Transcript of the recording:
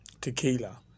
Tequila